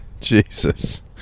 Jesus